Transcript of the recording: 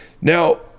Now